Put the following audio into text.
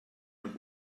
noch